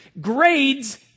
grades